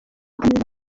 nziza